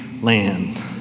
land